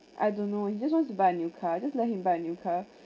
I don't know he just wants to buy a new car just let him buy a new car